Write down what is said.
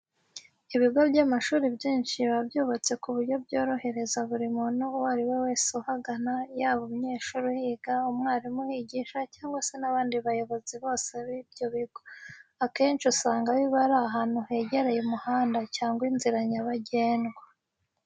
Ibigo by'amashuri byinshi biba byubatse ku buryo bworohereza buri muntu uwo ari we wese uhagana, yaba umunyeshuri uhiga, umwarimu uhigisha cyangwa se n'abandi bayobozi bose b'ibyo bigo. Akenshi usanga biba biri ahantu hegereye umuhanda cyangwa inzira nyabagengwa.